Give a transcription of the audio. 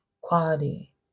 quality